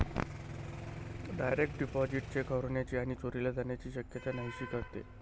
direct deposit cheque हरवण्याची आणि चोरीला जाण्याची शक्यता नाहीशी करते